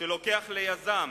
שלוקח ליזם